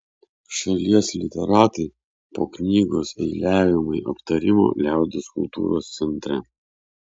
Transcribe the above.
šalies literatai po knygos eiliavimai aptarimo liaudies kultūros centre